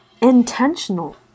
intentional